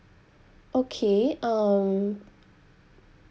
okay um